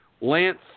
Lance